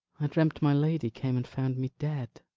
i dreamt my lady came and found me dead